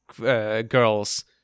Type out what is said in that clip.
girls